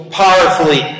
powerfully